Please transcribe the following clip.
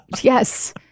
yes